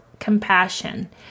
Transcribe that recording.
Compassion